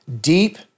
Deep